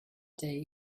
day